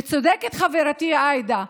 וצודקת חברתי עאידה.